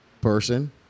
person